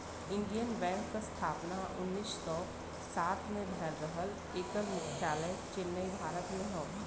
Indian Bank क स्थापना उन्नीस सौ सात में भयल रहल एकर मुख्यालय चेन्नई, भारत में हौ